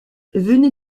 venez